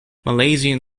malaysian